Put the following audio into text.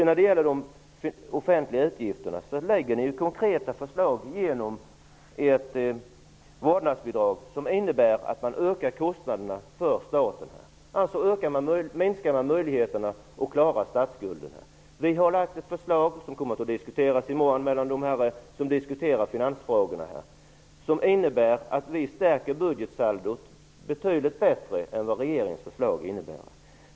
När det gäller de offentliga utgifterna lägger ni ju fram konkreta förslag genom ert vårdnadsbidrag. Det innebär att man ökar kostnaderna för staten. Då minskar man möjligheten att klara statsskulden. Vi har lagt fram ett förslag som kommer att diskuteras i morgon av dem som diskuterar finansfrågorna. Det förslaget innebär att vi stärker budgetsaldot betydligt mer än vad regeringens förslag gör.